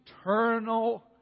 eternal